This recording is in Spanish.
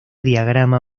diagrama